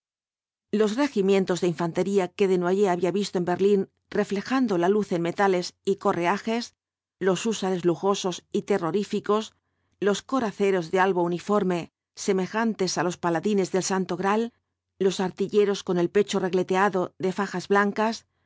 los regimientos de infantería que desnoyers había visto en berlín reflejando la luz en metales y correajes los húsares lujosos y terroríñcos los coraceros de albo uniforme semejantes á los paladines del santo graal los artilleros con el pecho regleteado de fajas blancas